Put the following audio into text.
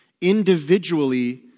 Individually